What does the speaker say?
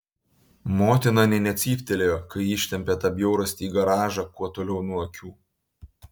motina nė necyptelėjo kai ji ištempė tą bjaurastį į garažą kuo toliau nuo akių